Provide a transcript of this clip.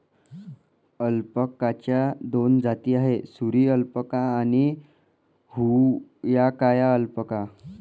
अल्पाकाच्या दोन जाती आहेत, सुरी अल्पाका आणि हुआकाया अल्पाका